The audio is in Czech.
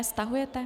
Stahujete?